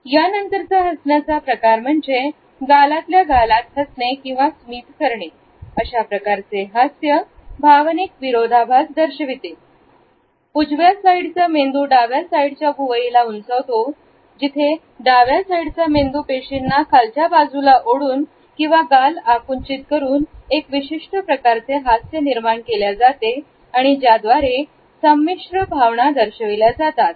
यानंतरचा हसण्याचा प्रकार म्हणजे गालातल्या गालात हसणे किंवा स्मित करणे अशा प्रकारचे हास्य भावनिक विरोधाभास दर्शविते उजव्या साईडला मेंदू डाव्या साईडच्या भुवई ला उंचावतो जिथे डाव्या साईडला मेंदू पेशींना खालच्या बाजूला ओढून आणि गाल आकुंचित करून एक विशिष्ट प्रकारचा हास्य निर्माण केल्या जाते ज्याद्वारे संमिश्र भावना दर्शविल्या जातात